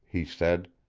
he said,